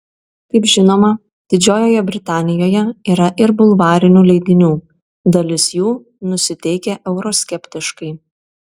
kaip žinoma didžiojoje britanijoje yra ir bulvarinių leidinių dalis jų nusiteikę euroskeptiškai